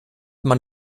man